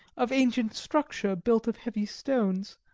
of ancient structure, built of heavy stones,